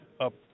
up